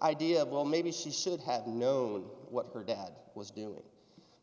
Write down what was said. of well maybe she should have known what her dad was doing